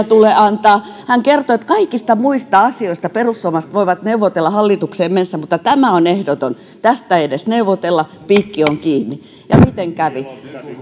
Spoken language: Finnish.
tule antaa hän kertoi että kaikista muista asioista perussuomalaiset voivat neuvotella hallitukseen mennessään mutta tämä on ehdoton tästä ei edes neuvotella piikki on kiinni ja miten kävi